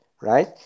right